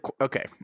okay